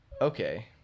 Okay